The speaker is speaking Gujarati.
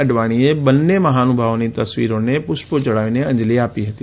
અડવાણીએ બંને મહાનુભાવોની તસવીરોને પુષ્પો યઢાવીને અંજલિ આપી હતી